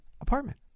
apartment